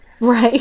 Right